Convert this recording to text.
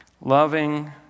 Loving